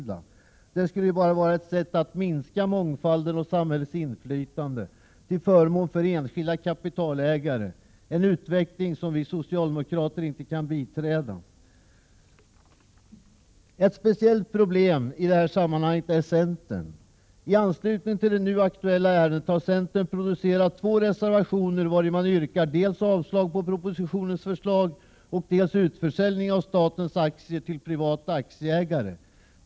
Detta skulle ju vara ett sätt att minska mångfalden och samhällets inflytande till förmån för enskilda kapitalägare, en utveckling som vi socialdemokrater inte kan biträda. Ett speciellt problem i detta sammanhang är centern. I anslutning till det nu aktuella ärendet har centern producerat två reservationer, vari man yrkar dels avslag på propositionens förslag, dels utförsäljning av statens aktier till privata aktieägare.